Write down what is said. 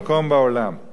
ההיסטוריונים,